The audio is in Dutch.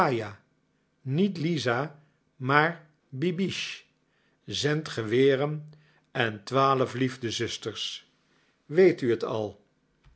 miagkaja niet lisa maar bibiche zendt geweren en twaalf liefdezusters weet u het al